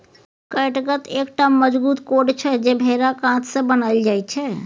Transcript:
कैटगत एकटा मजगूत कोर्ड छै जे भेराक आंत सँ बनाएल जाइ छै